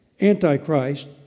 Antichrist